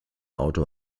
auto